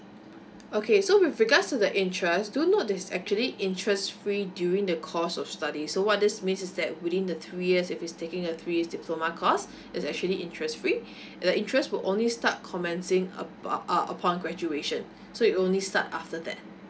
okay so with regards to the interest do you know there's actually interest free during the course of study so what this means is that within the three years if it's taking a three years diploma course is actually interest free and the interest will only start commencing uh uh uh upon graduation so it only start after that